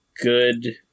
good